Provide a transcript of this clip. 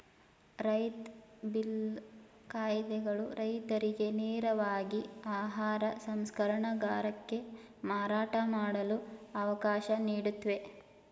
ರೈತ ಬಿಲ್ ಕಾಯಿದೆಗಳು ರೈತರಿಗೆ ನೇರವಾಗಿ ಆಹಾರ ಸಂಸ್ಕರಣಗಾರಕ್ಕೆ ಮಾರಾಟ ಮಾಡಲು ಅವಕಾಶ ನೀಡುತ್ವೆ